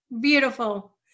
Beautiful